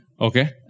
Okay